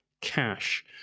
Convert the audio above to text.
cash